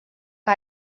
que